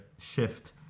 shift